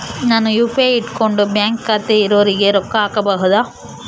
ನಾನು ಯು.ಪಿ.ಐ ಇಟ್ಕೊಂಡು ಬ್ಯಾಂಕ್ ಖಾತೆ ಇರೊರಿಗೆ ರೊಕ್ಕ ಹಾಕಬಹುದಾ?